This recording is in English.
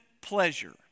pleasure